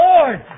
Lord